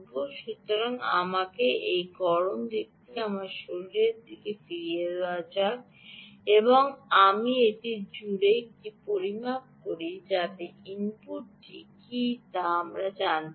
সুতরাং আমাকে এই গরম দিকটি আমার শরীরে ফিরিয়ে দেওয়া যাক এবং আমি এটি জুড়ে একটি পরিমাপ করি যাতে ইনপুটটি কী তা আমরা জানতে পারি